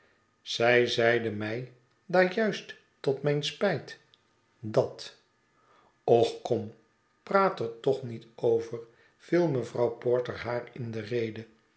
zij zeide mij daar juist tot mijn spijt dat och kom praat er toch niet over viel mevrouw porter haar in de rede